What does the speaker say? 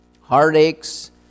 heartaches